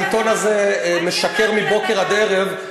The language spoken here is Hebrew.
העיתון הזה משקר מבוקר עד ערב,